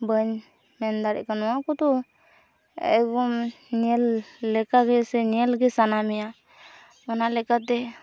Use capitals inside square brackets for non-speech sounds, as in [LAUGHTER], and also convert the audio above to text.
ᱵᱟᱹᱧ ᱢᱮᱱ ᱫᱟᱲᱮᱜ ᱠᱟᱱᱟ ᱱᱚᱣᱟ ᱠᱚᱫᱚ [UNINTELLIGIBLE] ᱧᱮᱞ ᱞᱮᱠᱟᱜᱮ ᱥᱮ ᱧᱮᱞᱜᱮ ᱥᱟᱱᱟᱢᱮᱭᱟ ᱚᱱᱟ ᱞᱮᱠᱟᱛᱮ